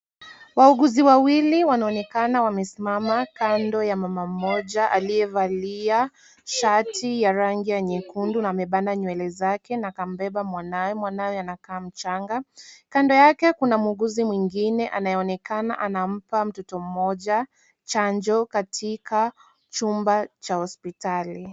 Wauguzi wawili wanaonekana wamesimama kando ya mama mmoja aliyevalia shati ya rangi ya nyekundu na amebana nywele zake na akambeba mwanawe. Mwanawe anakaa mchanga, kando yake kuna muuguzi mwingine anayeonekana anampa mtoto mmoja chanjo katika chumba cha hospitali.